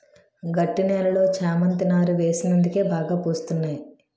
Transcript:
గట్టి నేలలో చేమంతి నారు వేసినందుకే బాగా పూస్తున్నాయి